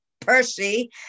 Percy